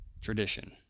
tradition